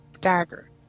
dagger